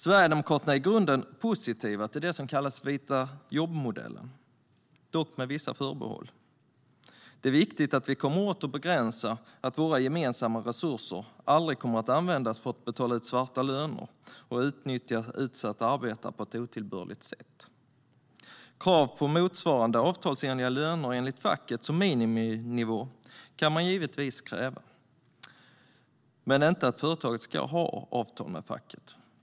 Sverigedemokraterna är i grunden positiva till det som kallas för vitajobbmodellen, dock med vissa förbehåll. Det är viktigt att vi kommer åt att begränsa och se till att våra gemensamma resurser aldrig kommer att användas för att betala ut svarta löner och utnyttja utsatta arbetare på ett otillbörligt sätt. Krav på motsvarande avtalsenliga löner enligt facket som miniminivå kan man givetvis kräva, men inte att företaget ska ha avtal med facket.